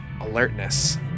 alertness